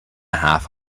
half